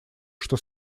что